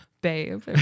Babe